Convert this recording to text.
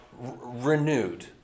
renewed